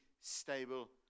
stable